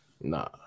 Nah